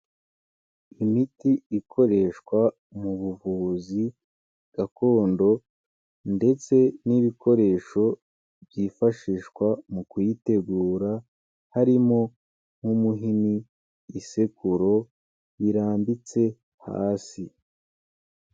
Imiti ikoreshwa mu buvuzi gakondo ndetse n'ibikoresho byifashishwa mu kuyitegura, harimo nk'umuhini, isekururo birambitse hasi.